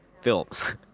films